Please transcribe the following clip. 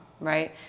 right